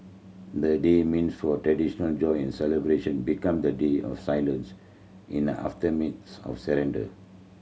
the day meant for a traditional joy and celebration become the day of silence in the aftermath of surrender